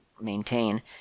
maintain